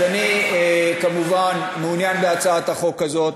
אז אני כמובן מעוניין בהצעת החוק הזאת.